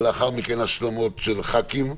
ולאחר מכן השלמות של חברי הכנסת.